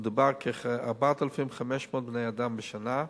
מדובר על כ-4,500 בני-אדם בשנה,